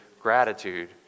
gratitude